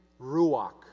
Ruach